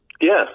Yes